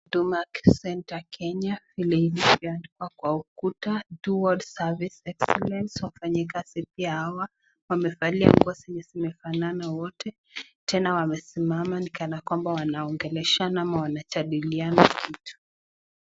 Huduma center kenya vile imeandikwa kwa ukuta [Do all service excellent] wafanyi kazi pia hawa wamevalia nguo zenye zimefanana wote. Tena wamesimama nikana kwamba wanaongeleshana ama wanajadiliana kitu.